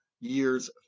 years